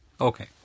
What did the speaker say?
okay